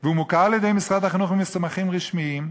והוא מוכר על-ידי משרד החינוך במסמכים רשמיים.